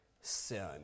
sin